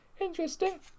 Interesting